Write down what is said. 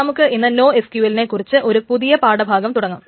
നമുക്ക് ഇന്ന് നോഎസ്ക്യൂഎൽനെ കുറിച്ചുള്ള ഒരു പുതിയ പാഠ ഭാഗം തുടങ്ങാം